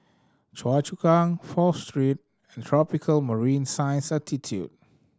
Choa Chu Kang Fourth Street and Tropical Marine Science Institute